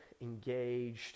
engaged